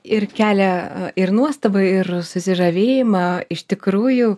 ir kelia ir nuostabą ir susižavėjimą iš tikrųjų